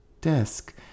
desk